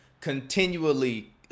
continually